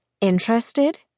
interested